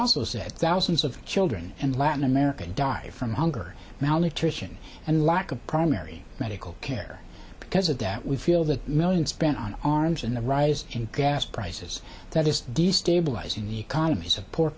also said thousands of children in latin america died from hunger malnutrition and lack of primary medical care because of that we feel that millions spent on arms and the rise in gas prices that is destabilizing the economies of poor